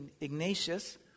Ignatius